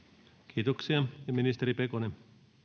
kiitoksia ministeri pekonen